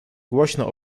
głośno